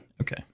Okay